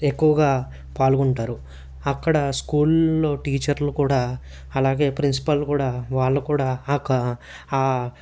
ఎక్కువగా పాల్గొంటారు అక్కడ స్కూల్లో టీచర్లు కూడా అలాగే ప్రిన్సిపల్ కూడా వాళ్ళు కూడా ఆ ఆ